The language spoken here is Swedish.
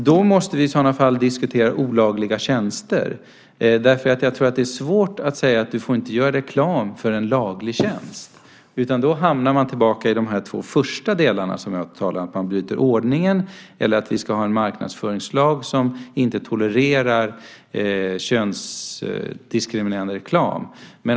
Vi måste i så fall diskutera olagliga tjänster. Jag tror nämligen att det är svårt att säga till någon att den personen inte får göra reklam för en laglig tjänst, och då hamnar vi tillbaka i de två första delarna som jag talade om, alltså att man bryter ordningen eller att vi har en marknadsföringslag som inte tolererar könsdiskriminerande reklam.